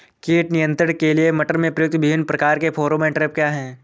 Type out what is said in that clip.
कीट नियंत्रण के लिए मटर में प्रयुक्त विभिन्न प्रकार के फेरोमोन ट्रैप क्या है?